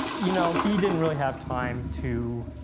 you know, he didn't really have time to